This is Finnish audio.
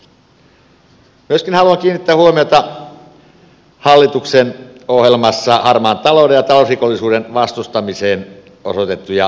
haluan kiinnittää huomiota myöskin hallituksen ohjelmassa harmaan talouden ja talousrikollisuuden vastustamiseen osoitettuihin määrärahoihin